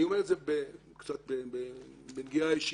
אני אומר את זה בנגיעה קצת אישית.